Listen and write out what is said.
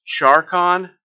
Charcon